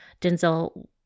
Denzel